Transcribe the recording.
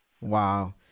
Wow